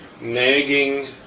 nagging